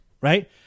right